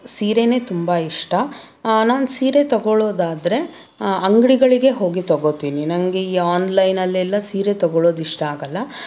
ಸೀರೆಯೇ ತುಂಬ ಇಷ್ಟ ನಾನು ಸೀರೆ ತಗೋಳೋದಾದ್ರೆ ಅಂಗಡಿಗಳಿಗೆ ಹೋಗಿ ತೊಗೋತೀನಿ ನನಗೆ ಈ ಆನ್ಲೈನಲ್ಲೆಲ್ಲ ಸೀರೆ ತಗೋಳೋದು ಇಷ್ಟ ಆಗಲ್ಲ